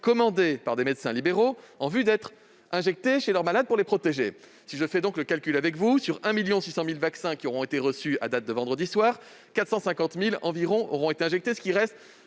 commandés par des médecins libéraux en vue d'être injectés à leurs malades pour les protéger. Si je fais le calcul avec vous, sur ces 1,6 million de vaccins qui auront été reçus à date de vendredi soir, environ 450 000 auront été injectés, de sorte